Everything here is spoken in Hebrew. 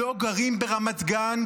לא גרים ברמת גן,